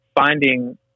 finding